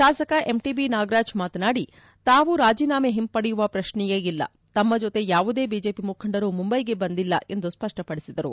ಶಾಸಕ ಎಂಟಬಿ ನಾಗರಾಜ್ ಮಾತನಾಡಿ ತಾವು ರಾಜೀನಾಮೆ ಹಿಂಪಡೆಯುವ ಪ್ರತ್ನೆಯೇ ಇಲ್ಲ ತಮ್ನ ಜೊತೆ ಯಾವುದೇ ಬಿಜೆಪಿ ಮುಖಂಡರು ಮುಂಬೈಗೆ ಬಂದಿಲ್ಲ ಎಂದು ಸ್ವಪ್ಪಪಡಿಸಿದರು